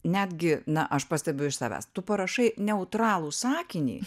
netgi na aš pastebiu iš savęs tu parašai neutralų sakinį